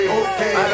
okay